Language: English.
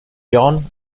john